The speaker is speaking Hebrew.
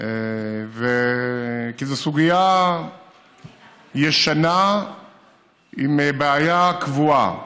כי זו סוגיה ישנה עם בעיה קבועה.